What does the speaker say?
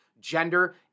gender